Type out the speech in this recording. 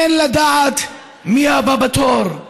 אין לדעת מי הבא בתור.